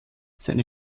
seine